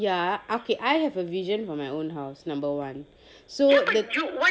ya okay I have a vision for my own house number one so the